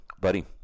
Buddy